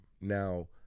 Now